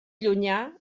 llunyà